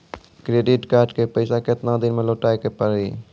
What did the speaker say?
Credit card के पैसा केतना दिन मे लौटाए के पड़ी?